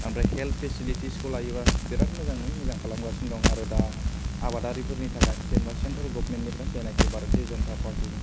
ओमफ्राय हेल्थ फेसेलितिसखौ लायोबा बेराद मोजाङै मोजां खालामगासिनो दं आरो दा आबादारिफोरनि थाखाय सेन्ट्रेल गभार्नमेन्त निफ्राय जायनाखि भारतीया जनता पारति